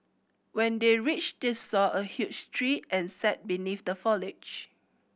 when they reached they saw a huge tree and sat beneath the foliage